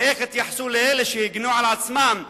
ואיך התייחסו לאלה שהגנו על עצמם.